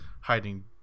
hiding